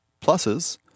pluses